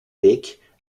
beek